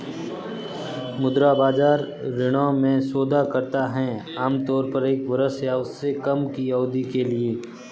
मुद्रा बाजार ऋणों में सौदा करता है आमतौर पर एक वर्ष या उससे कम की अवधि के लिए